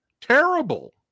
Terrible